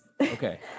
Okay